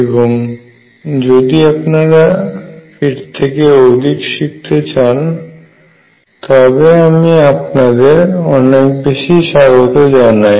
এবং যদি আপনারা এরথেক অধীক শিখতে চান তবে আমি আপনাদের অনেক বেশি স্বাগত জানায়